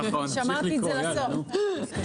שמרתי את זה לסוף.